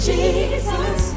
Jesus